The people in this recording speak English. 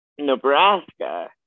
Nebraska